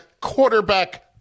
quarterback